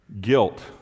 guilt